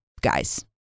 guys